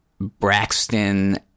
Braxton